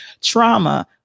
trauma